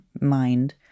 mind